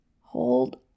hold